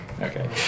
Okay